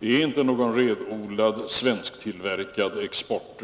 inte är en renodlad svensktillverkad export.